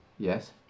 Yes